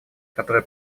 которые